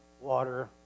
water